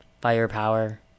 firepower